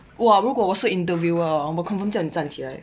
!wah! 如果我是 interviewer eh 我肯定叫你站起来